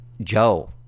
Joe